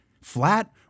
flat